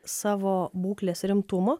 savo būklės rimtumo